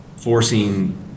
forcing